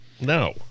No